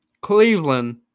Cleveland